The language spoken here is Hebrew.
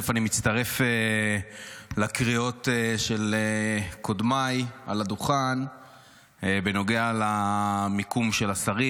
אני מצטרף לקריאות של קודמיי על הדוכן בנוגע למיקום של השרים,